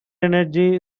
energy